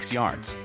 yards